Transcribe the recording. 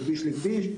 מכביש לכביש,